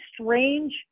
strange